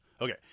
Okay